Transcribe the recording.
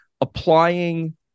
applying